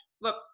Look